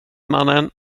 mannen